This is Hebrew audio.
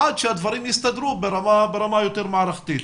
עד שהדברים יסתדרו ברמה יותר מערכתית.